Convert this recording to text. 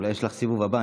אולי יש לך סיבוב הבא,